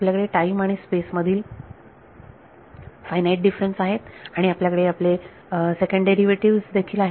आपल्याकडे टाईम आणि स्पेस मधील फायनाईट डिफरन्स आहेत आणि आणि आपल्याकडे सेकंड डेरिव्हेटिव्ह देखील आहेत